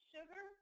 Sugar